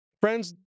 Friends